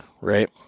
right